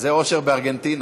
זה אושר בארגנטינה,